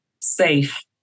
safe